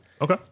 Okay